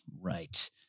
Right